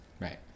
Right